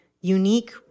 unique